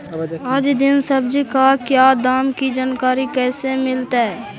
आज दीन सब्जी का क्या दाम की जानकारी कैसे मीलतय?